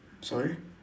sorry